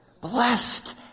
Blessed